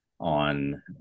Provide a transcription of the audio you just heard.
on